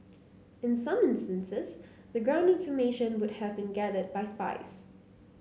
in some instances the ground information would have been gathered by spies